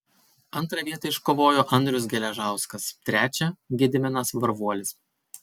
antrą vietą iškovojo andrius geležauskas trečią gediminas varvuolis